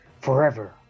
forever